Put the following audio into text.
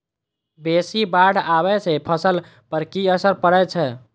बेसी बाढ़ आबै सँ फसल पर की असर परै छै?